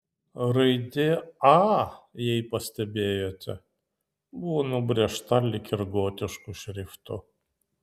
raidė a jei pastebėjote buvo nubrėžta lyg ir gotišku šriftu